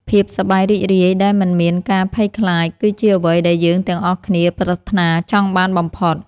ភាពសប្បាយរីករាយដែលមិនមានការភ័យខ្លាច គឺជាអ្វីដែលយើងទាំងអស់គ្នាប្រាថ្នាចង់បានបំផុត។